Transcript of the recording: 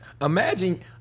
Imagine